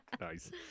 nice